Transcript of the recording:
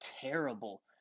terrible